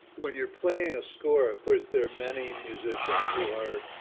when you're playing a score, of course, there are many musicians who are,